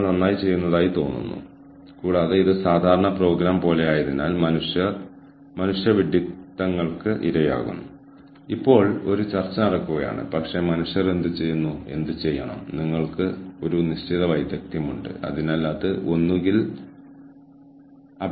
HR പ്രവർത്തനത്തെ കൂടുതൽ സുസ്ഥിരമാക്കാൻ സഹായിക്കുന്നതിന് എച്ച്ആർ നയങ്ങളുടെ രൂപീകരണത്തെയും നടപ്പാക്കലിനെയും സ്വാധീനിക്കുന്ന ചില ഘടകങ്ങൾ സാമ്പത്തികവും സാമൂഹികവും പാരിസ്ഥിതികവുമായ പശ്ചാത്തലത്തിൽ ഉചിതമാണ്